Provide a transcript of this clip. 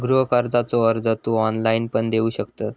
गृह कर्जाचो अर्ज तू ऑनलाईण पण देऊ शकतंस